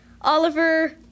Oliver